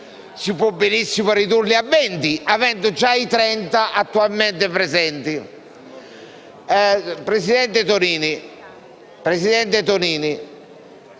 Presidente Tonini,